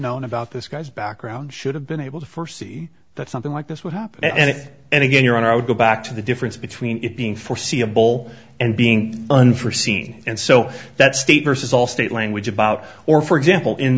known about this guy's background should have been able to foresee that something like this would happen and if and again your honor i would go back to the difference between it being for see a bowl and being unforseen and so that state vs all state language about or for